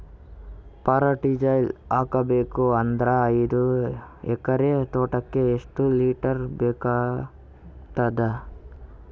Fertiliser ಹಾಕಬೇಕು ಅಂದ್ರ ಐದು ಎಕರೆ ತೋಟಕ ಎಷ್ಟ ಲೀಟರ್ ಬೇಕಾಗತೈತಿ?